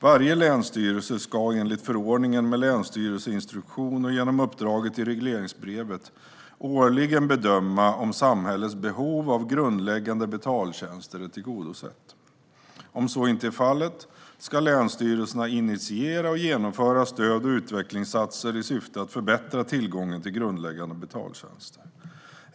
Varje länsstyrelse ska, enligt förordningen med länsstyrelseinstruktion och genom uppdraget i regleringsbrevet, årligen bedöma om samhällets behov av grundläggande betaltjänster är tillgodosett. Om så inte är fallet ska länsstyrelserna initiera och genomföra stöd och utvecklingsinsatser i syfte att förbättra tillgången till grundläggande betaltjänster.